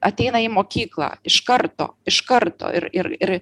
ateina į mokyklą iš karto iš karto ir ir ir